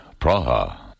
Praha